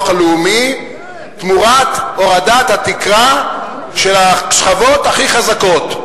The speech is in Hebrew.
הלאומי תמורת הורדת התקרה של השכבות הכי חזקות.